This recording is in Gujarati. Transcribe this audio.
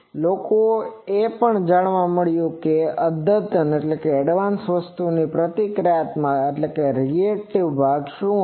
લોકોને એ પણ જાણવા મળ્યું છે કે વધુ અદ્યતન વસ્તુ દ્વારા પ્રતિક્રિયાત્મક ભાગ શું છે